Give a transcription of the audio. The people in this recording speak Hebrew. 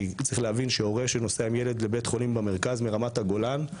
כי צריך להבין שהורה שנוסע עם ילד לבית חולים במרכז מרמת הגולן,